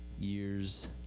years